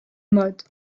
mode